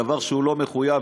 דבר שהוא לא מחויב,